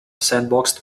sandboxed